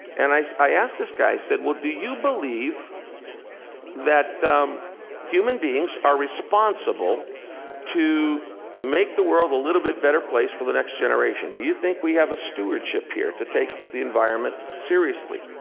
and i i asked this guy, i said, well, do you believe that human beings are responsible to make the world a little bit better place for the next generation? do you think we have a stewardship here, to take the environment seriously?